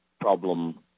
problem